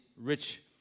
rich